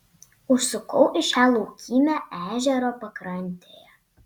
užsukau į šią laukymę ežero pakrantėje